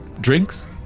Drinks